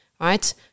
right